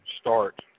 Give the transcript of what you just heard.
start